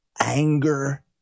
anger